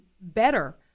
better